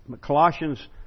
Colossians